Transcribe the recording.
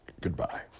goodbye